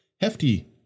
hefty